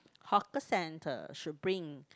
hawker center should bring